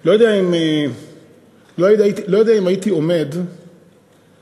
לא יודע אם הייתי עומד בדקה,